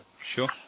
Sure